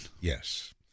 Yes